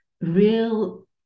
real